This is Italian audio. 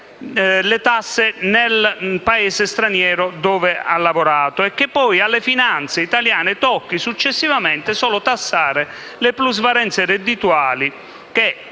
nel Paese straniero in cui ha lavorato e che poi, alle finanze italiane, tocchi successivamente tassare solo le plusvalenze reddituali che